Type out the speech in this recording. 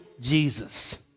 Jesus